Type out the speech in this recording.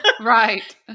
Right